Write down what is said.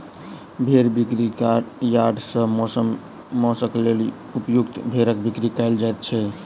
भेंड़ बिक्री यार्ड सॅ मौंसक लेल उपयुक्त भेंड़क बिक्री कयल जाइत छै